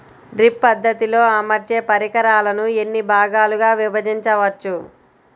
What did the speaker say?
Drip పద్ధతిలో అమర్చే పరికరాలను ఎన్ని భాగాలుగా విభజించవచ్చు?